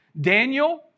Daniel